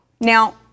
Now